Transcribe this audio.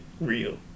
real